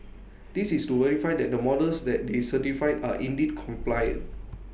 this is to verify that the models that they certified are indeed compliant